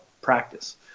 practice